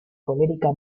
colérica